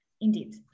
indeed